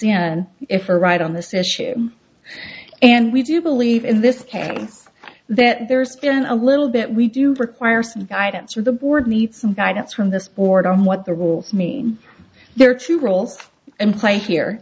n n if you're right on this issue and we do believe in this case that there's been a little bit we do require some guidance or the board needs some guidance from this board on what the rules mean there are two roles in play here